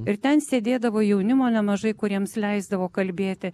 ir ten sėdėdavo jaunimo nemažai kuriems leisdavo kalbėti